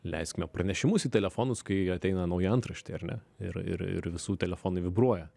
leiskime pranešimus į telefonus kai ateina nauja antraštė ar ne ir ir ir visų telefonai vibruoja